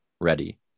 ready